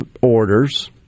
orders